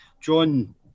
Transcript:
John